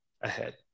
ahead